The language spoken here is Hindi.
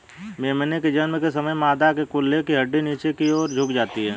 मेमने के जन्म के समय मादा के कूल्हे की हड्डी नीचे की और झुक जाती है